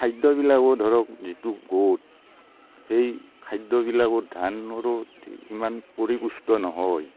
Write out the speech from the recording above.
খাদ্যবিলাকৰ ধৰক যিটো গোট সেই খাদ্যবিলাকৰ ধানৰো সিমান পৰিপুষ্ট নহয়